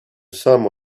some